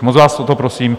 Moc vás o to prosím.